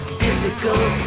physical